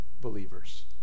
believers